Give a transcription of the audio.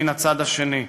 מן הצד שני.